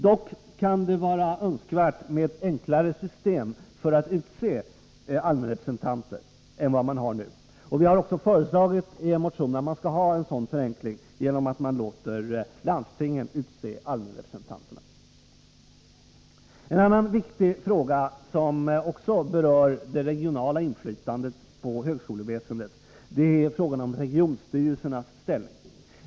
Dock kan det vara önskvärt med ett enklare system för att utse allmänrepresentanter än det man har nu. Vi har i en motion föreslagit en sådan förenkling, genom att man låter landstingen utse allmänrepresentanterna. En annan viktig fråga som också berör det regionala inflytandet inom högskoleväsendet är frågan om regionstyrelsernas ställning.